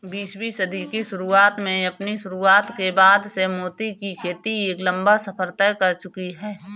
बीसवीं सदी की शुरुआत में अपनी शुरुआत के बाद से मोती की खेती एक लंबा सफर तय कर चुकी है